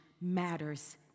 matters